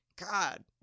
God